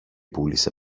πούλησε